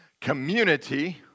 community